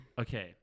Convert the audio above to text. Okay